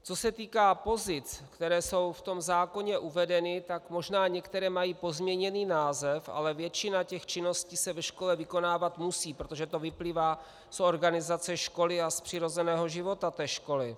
Co se týká pozic, které jsou v tom zákoně uvedeny, tak možná některé mají pozměněný název, ale většina těch činností se ve škole vykonávat musí, protože to vyplývá z organizace školy a z přirozeného života té školy.